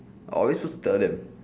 are we suppose to tell them